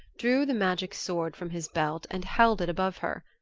drew the magic sword from his belt and held it above her.